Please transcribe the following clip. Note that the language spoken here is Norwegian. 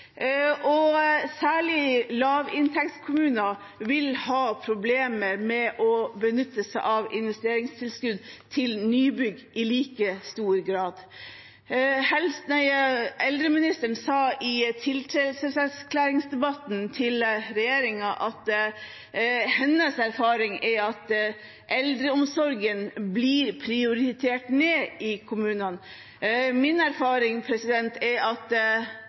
vil ha problemer med å benytte seg av investeringstilskudd til nybygg i like stor grad. Eldreministeren sa i debatten om tiltredelseserklæringen til regjeringen at hennes erfaring er at eldreomsorgen prioriteres ned i kommunene. Min erfaring er at